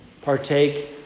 partake